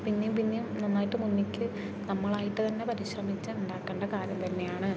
പിന്നെയും പിന്നെയും നന്നായിട്ട് മുന്നിലേക്ക് നമ്മളായിട്ട് തന്നെ പരിശ്രമിച്ച് ഉണ്ടാക്കേണ്ട കാര്യം തന്നെയാണ്